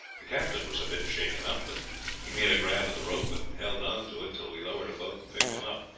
the captain was a bit shaken up, but he made a grab at the rope, and held on to it till we lowered a boat and picked him up.